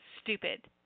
stupid